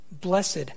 blessed